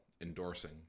endorsing